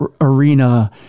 arena